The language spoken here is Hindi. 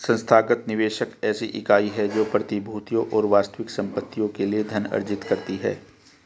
संस्थागत निवेशक ऐसी इकाई है जो प्रतिभूतियों और वास्तविक संपत्तियों के लिए धन अर्जित करती है